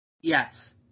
Yes